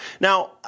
Now